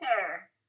hair